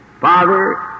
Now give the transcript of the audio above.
Father